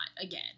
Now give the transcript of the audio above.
again